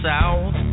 South